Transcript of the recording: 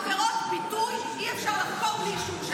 עבירות ביטוי אי-אפשר לחקור בלי אישור שלה.